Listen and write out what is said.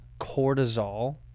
cortisol